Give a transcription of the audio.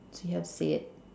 so you have to say it